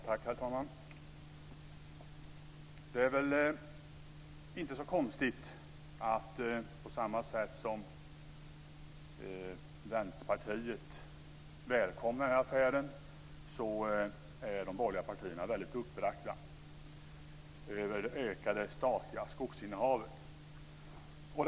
Herr talman! Det är väl inte så konstigt att på samma sätt som Vänsterpartiet välkomnar affären så är de borgerliga partierna väldigt uppbragta över det ökade statliga skogsinnehavet.